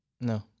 No